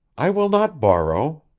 i will not borrow.